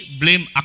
blame